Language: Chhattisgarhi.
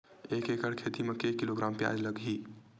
एक एकड़ खेती म के किलोग्राम प्याज लग ही?